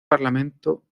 parlamento